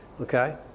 Okay